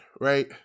right